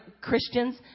Christians